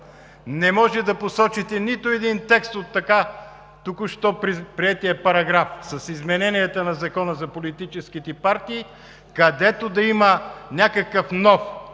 Не може да посочите нито един текст от току-що приетия параграф с измененията на Закона за политическите партии, където да има някакъв нов,